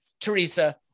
Teresa